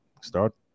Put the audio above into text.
start